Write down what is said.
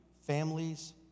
families